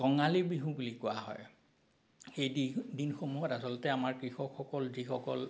কঙালী বিহু বুলি কোৱা হয় এই দিহ দিনসমূহত আচলতে আমাৰ কৃষকসকল যিসকল